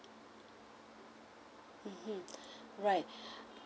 mmhmm right